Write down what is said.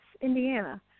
Indiana